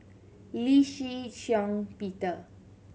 Lee Shih Shiong Peter